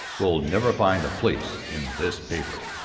will never find a place in this paper.